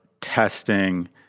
testing